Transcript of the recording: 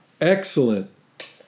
Excellent